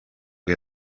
que